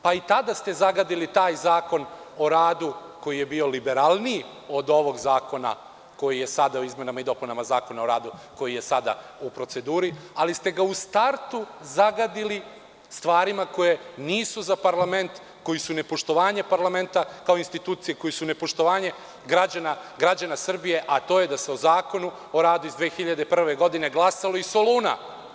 Pa i tada ste zagadili taj Zakon o radu, koji je bio liberalniji od ovog zakona o izmenama i dopunama Zakona o radu, koji je sada u proceduri, ali ste ga u startu zagadili stvarima koje nisu za parlament, koje su nepoštovanje parlamenta kao institucije, koje su nepoštovanje građana Srbije, a to je da se o Zakonu o radu iz 2001. godine glasalo iz Soluna.